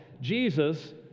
Jesus